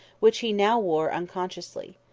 which he now wore unconsciously.